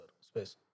space